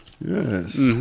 yes